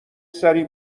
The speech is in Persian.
سری